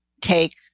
take